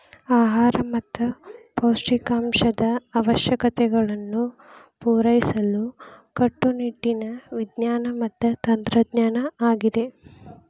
ಆಹಾರ ಮತ್ತ ಪೌಷ್ಟಿಕಾಂಶದ ಅವಶ್ಯಕತೆಗಳನ್ನು ಪೂರೈಸಲು ಕಟ್ಟುನಿಟ್ಟಿನ ವಿಜ್ಞಾನ ಮತ್ತ ತಂತ್ರಜ್ಞಾನ ಆಗಿದೆ